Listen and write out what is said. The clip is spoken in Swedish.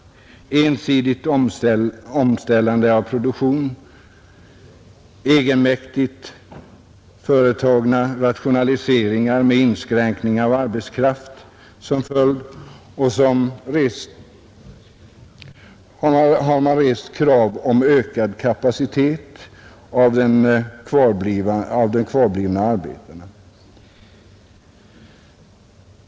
Ensidigt omställande av produktionen, egenmäktigt företagna rationaliseringar med inskränkningar av arbetskraft som följd har rest krav på ökad kapacitet hos de kvarblivande arbetarna.